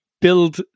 build